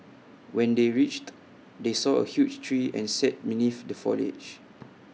when they reached they saw A huge tree and sat beneath the foliage